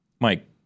Mike